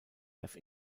have